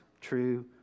true